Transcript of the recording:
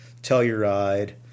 Telluride